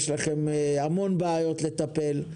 אתם צריכים לטפל בהרבה בעיות.